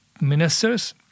ministers